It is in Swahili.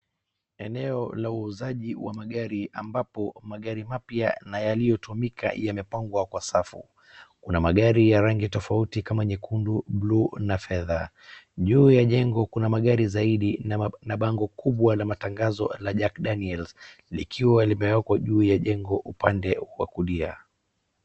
Eneo la uuzaji wa magari ambapo magari mapaya na yaliyotumika yamepangwa kwa safu. Kuna magari ya rangi tofauti kama nyekundu, bluu na fedha. Juu ya jengo kuna magari zaidi na bango kubwa la matangazo ya Jack Daniels likiwa limewekwa juu ya jengo upande wa kulia.